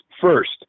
first